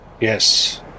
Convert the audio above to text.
Yes